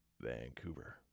Vancouver